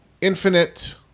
infinite